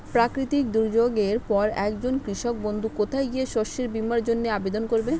প্রাকৃতিক দুর্যোগের পরে একজন কৃষক বন্ধু কোথায় গিয়ে শস্য বীমার জন্য আবেদন করবে?